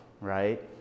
right